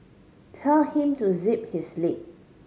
tell him to zip his lip